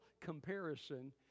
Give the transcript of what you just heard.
comparison